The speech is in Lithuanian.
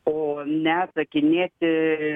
o ne atsakinėti